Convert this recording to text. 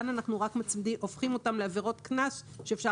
כאן אנחנו רק הופכים אותן לעבירות קנס שאפשר